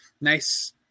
nice